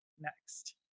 next